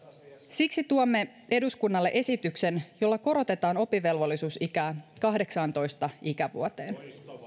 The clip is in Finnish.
siksi tuomme eduskunnalle esityksen jolla korotetaan oppivelvollisuusikää kahdeksaantoista ikävuoteen